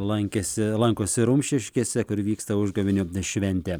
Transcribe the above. lankėsi lankosi rumšiškėse kur vyksta užgavėnių šventė